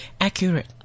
accurate